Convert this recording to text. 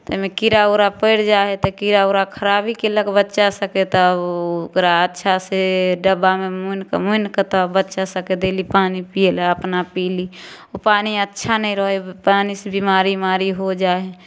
ताहिमे कीड़ा उड़ा पड़ि जइ हइ तऽ कीड़ा उड़ा खराबी कएलक बच्चासभकेँ तब ओकरा अच्छासे डब्बामे मुनिकऽ मुनिकऽ तब बच्चासभकेँ देली पानी पिएलए अपना पिली ओ पानी अच्छा नहि रहै पानीसे बेमारी उमारी हो जाइ हइ